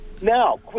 Now